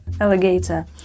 alligator